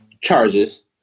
charges